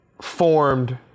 formed